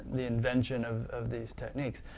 the invention of of these techniques.